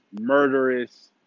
murderous